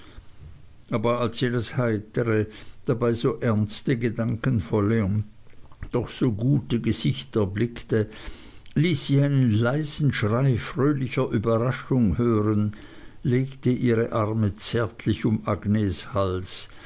aber als sie das heitere dabei so ernste gedankenvolle und doch so gute gesicht erblickte ließ sie einen leisen schrei fröhlicher überraschung hören legte ihre arme zärtlich um agnes hals